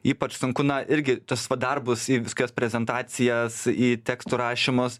ypač sunku na irgi tuos va darbus į visokias prezentacijas į tekstų rašymus